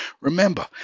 Remember